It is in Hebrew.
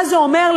מה זה אומר,